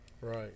Right